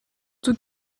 tout